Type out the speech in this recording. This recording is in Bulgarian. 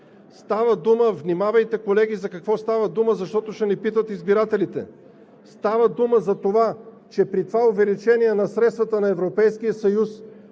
Става дума за това, че при това увеличение на средствата на